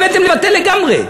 הבאתם לבטל לגמרי,